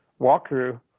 walkthrough